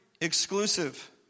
exclusive